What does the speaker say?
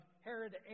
Herod